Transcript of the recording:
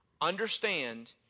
Understand